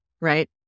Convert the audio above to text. right